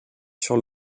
sur